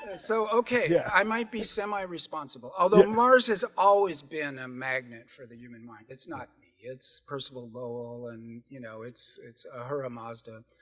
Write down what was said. and so, okay. yeah, i might be semi responsible although mars has always been a magnet for the human mind it's not me it's percival lowell. and you know, it's it's ah her a mazda